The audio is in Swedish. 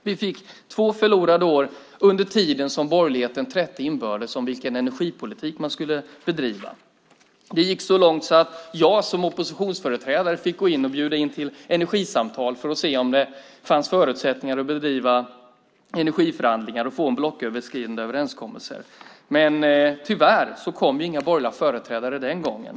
Vi fick två förlorade år under tiden som borgerligheten trätte inbördes om vilken energipolitik man skulle bedriva. Det gick så långt att jag som oppositionsföreträdare fick bjuda in till energisamtal för att se om det fanns förutsättningar att bedriva energiförhandlingar och få en blocköverskridande överenskommelse, men tyvärr kom inga borgerliga företrädare den gången.